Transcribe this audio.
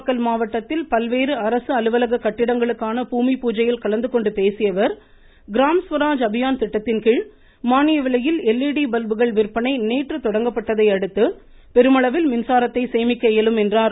நாமக்கல் மாவட்டத்தில் பல்வேறு அரசு அலுவலக கட்டிடங்களுக்கான பூமி பூஜையில் கலந்துகொண்டு பேசியஅவர் கிராம் ஸ்வராஜ் அபியான் திட்டத்தின்கீழ் மானிய விலையில் டுநுனு டீரடடி கள் விற்பனை நேற்று தொடங்கப்பட்டதையடுத்து பெருமளவில் மின்சாரத்தை சேமிக்க இயலும் என்றார்